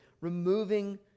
removing